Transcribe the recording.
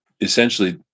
essentially